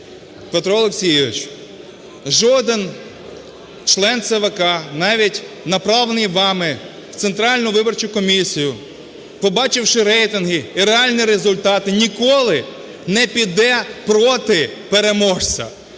Петро Олексійович, жоден член ЦВК, навіть направлений вами в Центральну виборчу комісію, побачивши рейтинги і реальні результати, ніколи не піде проти переможця.